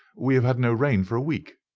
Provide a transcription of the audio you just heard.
we have had no rain for a week,